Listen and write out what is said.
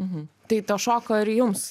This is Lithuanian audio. mhm tai to šoko ir jums